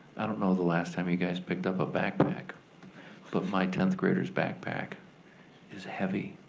i don't know the last time you guys picked up a backpack but my tenth grader's backpack is heavy.